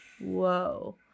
whoa